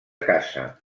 caça